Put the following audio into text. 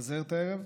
שמתפזרת הערב,